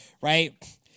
right